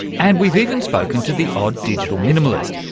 and we've even spoken to the odd digital minimalist,